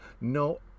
No